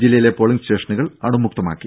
ജില്ലയിലെ പോളിംഗ് സ്റ്റേഷനുകൾ അണുവിമുക്തമാക്കി